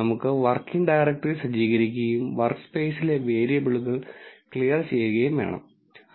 നമുക്ക് working directory സജ്ജീകരിക്കുകയും വർക്ക്സ്പെയ്സിലെ വേരിയബിളുകൾ ക്ലിയർ ചെയ്യുകയും വേണം